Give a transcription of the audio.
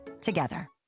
together